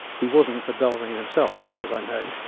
he wasn't a bell ringer himself, as far as i know,